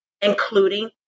including